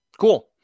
Cool